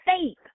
faith